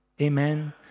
Amen